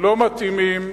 לא מתאימים.